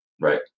right